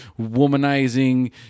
womanizing